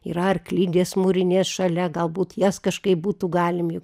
yra arklidės mūrinės šalia galbūt jas kažkaip būtų galim juk